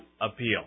appeal